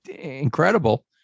incredible